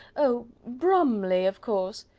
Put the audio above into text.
oh! bromley, of course.